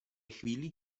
chvíli